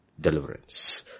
Deliverance